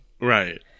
Right